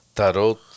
Tarot